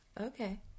Okay